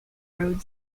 road